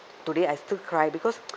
today I still cry because